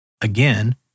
Again